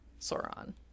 Sauron